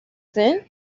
sense